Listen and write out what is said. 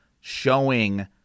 showing